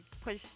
push